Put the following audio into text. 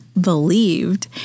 believed